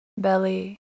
belly